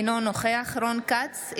אינו נוכח רון כץ,